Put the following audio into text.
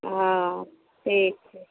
हँ ठीक छै